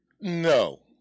No